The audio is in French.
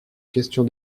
question